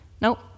Nope